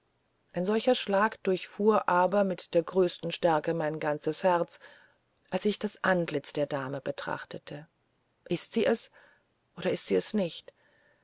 ein solcher schlag durchfuhr aber mit der größten stärke mein ganzes herz als ich das antlitz der dame betrachtete ist sie es oder ist sie es nicht